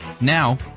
Now